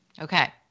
Okay